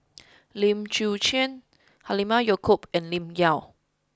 Lim Chwee Chian Halimah Yacob and Lim Yau